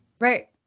right